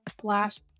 slash